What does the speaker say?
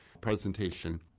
presentation